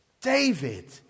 David